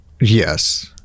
Yes